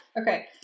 Okay